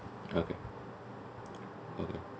okay okay